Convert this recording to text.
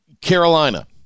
Carolina